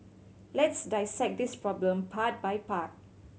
let's dissect this problem part by part